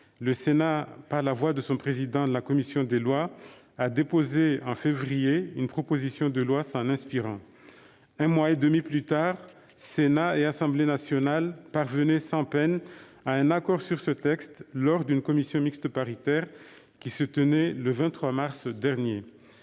au Parquet européen, le président de la commission des lois du Sénat a déposé, en février 2021, une proposition de loi s'en inspirant. Un mois et demi plus tard, Sénat et Assemblée nationale parvenaient sans peine à un accord sur ce texte lors de la commission mixte paritaire qui s'est tenue le 23 mars dernier.